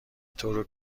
طور